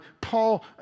Paul